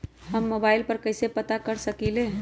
हम मोबाइल पर कईसे पता कर सकींले?